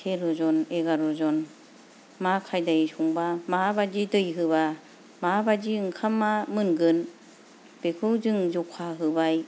तेर'जन एगार'जन मा खायदायै संबा माबायदि दै होबा माबादि ओंखामा मोनगोन बेखौ जों जखा होबाय